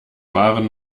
waren